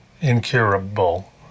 incurable